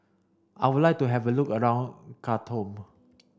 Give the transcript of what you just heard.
I would like to have a look around Khartoum